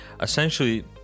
Essentially